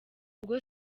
ubwo